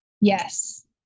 Yes